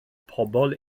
pobl